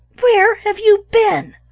where have you been?